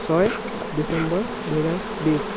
ছয় ডিচেম্বৰ দুহেজাৰ বিছ